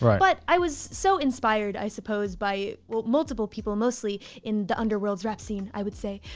but i was so inspired, i suppose, by multiple people mostly in the underworlds rap scene, i would say.